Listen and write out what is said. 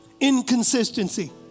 inconsistency